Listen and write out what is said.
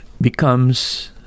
becomes